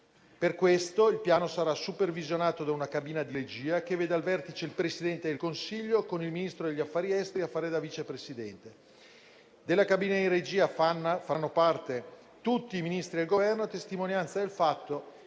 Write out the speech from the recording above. Per questo, il Piano sarà supervisionato da una cabina di regia che vede al vertice il Presidente del Consiglio, con il Ministro degli affari esteri a fare da vice presidente. Della cabina di regia faranno parte tutti i Ministri del Governo, a testimonianza del fatto